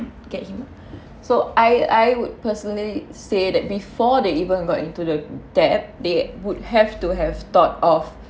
to get him so I I would personally say that before they even got into the debt they would have to have thought of